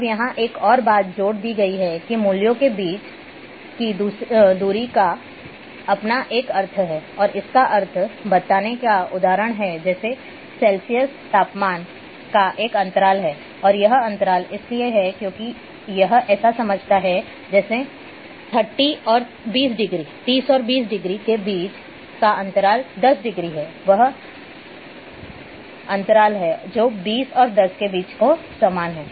अब यहाँ एक और बात जोड़ दी गई है कि मूल्यों के बीच की दूरी का अपना एक अर्थ है और उसका अर्थ बताने का उदाहरण है जैसे सेल्सियस तापमान का एक अंतराल है और यह अंतराल इसलिए है क्योंकि यह ऐसा समझाता है कि जैसे 30 और 20 डिग्री के बीच का अंतराल 10 डिग्री है वह वही अंतराल है जो बीस और दस के बीच के समान है